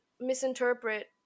misinterpret